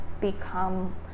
become